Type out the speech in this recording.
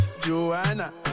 Joanna